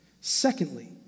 Secondly